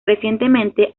recientemente